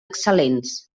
excel·lents